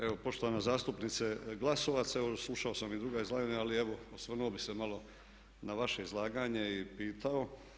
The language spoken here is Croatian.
Evo poštovana zastupnice Glasovac, evo slušao sam i druga izlaganja, ali evo osvrnuo bih se malo na vaše izlaganje i pitao.